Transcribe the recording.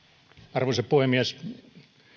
arvoisa puhemies